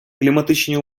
кліматичні